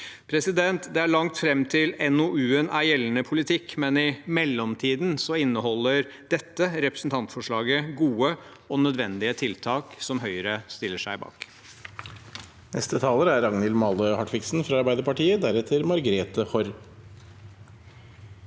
nivå. Det er langt fram til NOU-en er gjeldende politikk, men i mellomtiden inneholder dette representantforslaget gode og nødvendige tiltak, som Høyre stiller seg bak.